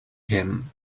him